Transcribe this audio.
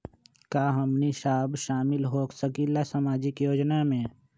का हमनी साब शामिल होसकीला सामाजिक योजना मे?